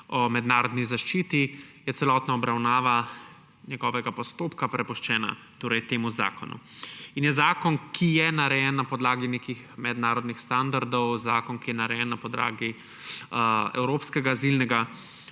o mednarodni zaščiti, je celotna obravnava njegovega postopka prepuščena temu zakonu. In je zakon, ki je narejen na podlagi nekih mednarodnih standardov, zakon, ki je narejen na podlagi evropskega azilnega